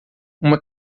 uma